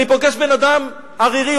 אני פוגש בן-אדם ערירי,